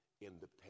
Independence